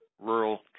rural